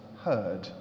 heard